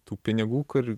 tų pinigų kur